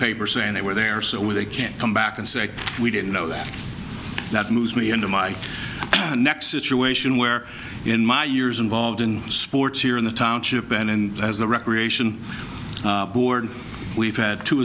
paper saying they were there so when they can't come back and say we didn't know that that moves me into my next it's and where in my years involved in sports here in the township and as the recreation board we've had two